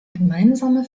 gemeinsame